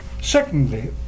Secondly